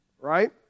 right